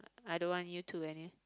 I don't want you to N_A